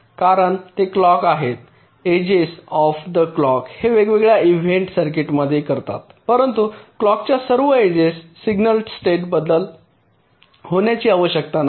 कारण ते क्लॉक आहे एजेस ऑफ द क्लॉक हे वेगवेगळया इव्हेंट सर्किट मध्ये करतात परंतु क्लॉकच्या सर्व एजेस सिग्नल स्टेट बदल होण्याची आवश्यकता नाही